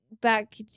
back